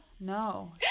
No